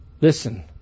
Listen